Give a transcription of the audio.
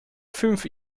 fünf